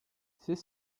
c’est